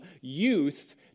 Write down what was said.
youth